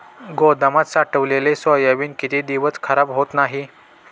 गोदामात साठवलेले सोयाबीन किती दिवस खराब होत नाही?